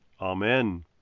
Amen